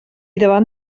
davant